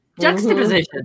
juxtaposition